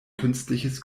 künstliches